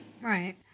Right